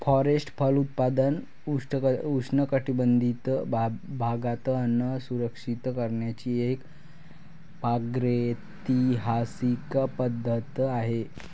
forest फलोत्पादन उष्णकटिबंधीय भागात अन्न सुरक्षित करण्याची एक प्रागैतिहासिक पद्धत आहे